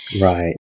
Right